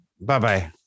Bye-bye